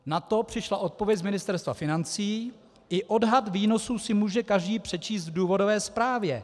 Na to přišla odpověď z Ministerstva financí: I odhad výnosů si může každý přečíst v důvodové zprávě.